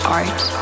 art